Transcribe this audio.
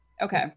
Okay